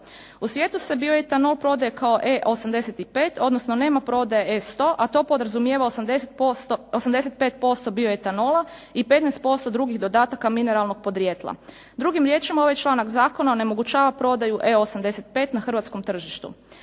U svijetu se bioetanol prodaje kao E85 odnosno nema prodaje E100 a to podrazumijeva 85% bioetanola i 15% drugih dodataka mineralnog podrijetla. Drugim riječima, ovaj članak zakona onemogućava prodaju E85 na hrvatskom tržištu.